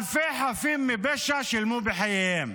אלפי חפים מפשע שילמו בחייהם.